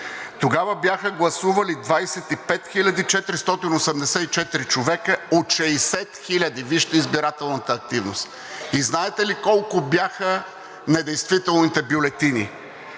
Тогава бяха гласували 25 484 човека от 60 хиляди, вижте избирателната активност. И знаете ли колко бяха недействителните бюлетини?